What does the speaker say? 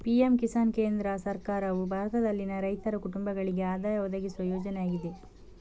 PM Kisan ಕೇಂದ್ರ ಸರ್ಕಾರವು ಭಾರತದಲ್ಲಿನ ರೈತರ ಕುಟುಂಬಗಳಿಗೆ ಆದಾಯ ಒದಗಿಸುವ ಯೋಜನೆಯಾಗಿದೆ